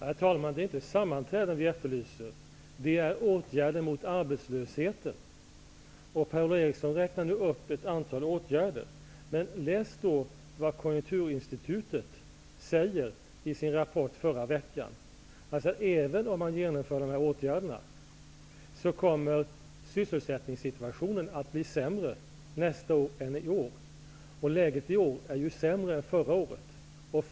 Herr talman! Det är inte sammanträden som jag efterlyser. Det är åtgärder mot arbetslösheten. Per Ola Eriksson räknade upp ett antal åtgärder. Men läs då vad Konjunkturinstitutet sade i sin rappot förra veckan: även om dessa åtgärder genomförs, kommer sysselsättningssituationen att bli sämre nästa år än i år. Läget i år är ju sämmre än under förra året.